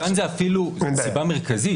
גלשן זאת אפילו סיבה מרכזית.